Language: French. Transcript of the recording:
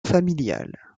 familial